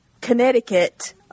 Connecticut